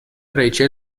ریچل